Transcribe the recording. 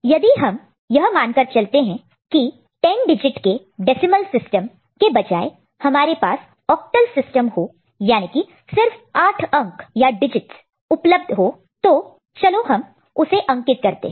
यदि हम यह मानकर चलते हैं की 10 डिजिट के डेसिमल सिस्टम के बजाए हमारे पास ऑक्टल सिस्टम हो याने की सिर्फ 8 अंक डिजिटस digits उपलब्ध हो तो चलो हम उसे अंकित नंबर number करते हैं